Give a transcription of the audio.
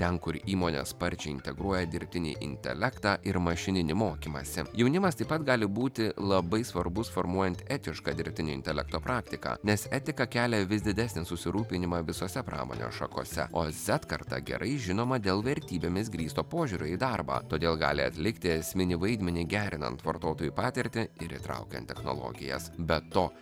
ten kur įmonės sparčiai integruoja dirbtinį intelektą ir mašininį mokymąsi jaunimas taip pat gali būti labai svarbus formuojant etišką dirbtinio intelekto praktiką nes etika kelia vis didesnį susirūpinimą visose pramonės šakose o z karta gerai žinoma dėl vertybėmis grįsto požiūrio į darbą todėl gali atlikti esminį vaidmenį gerinant vartotojų patirtį ir įtraukiant technologijas be to